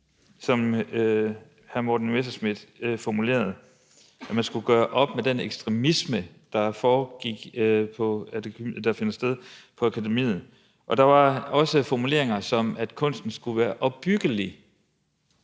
Som hr. Morten Messerschmidt formulerede det, skulle man gøre op med den ekstremisme, der finder sted på akademiet. Der var også formuleringer, som at kunsten skulle være opbyggelig.